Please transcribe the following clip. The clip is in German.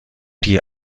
die